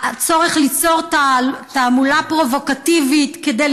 הצורך ליצור תעמולה פרובוקטיבית כדי